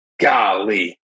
golly